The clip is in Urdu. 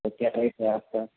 تو کیا ریٹ ہے آپ کا